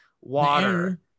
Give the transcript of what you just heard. water